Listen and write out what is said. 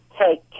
take